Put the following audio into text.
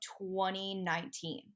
2019